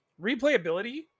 replayability